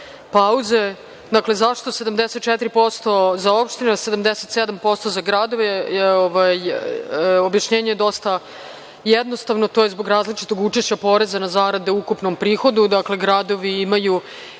pauze. Dakle, zašto 74% za opštine, a 77% za gradove? Objašnjenje je dosta jednostavno, to je zbog različitog učešća poreza na zarade u ukupnom prihodu. Dakle, gradovi imaju